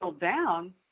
down